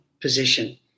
position